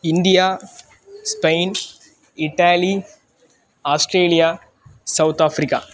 India Spain Italy Australia South Africa